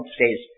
says